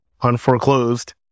unforeclosed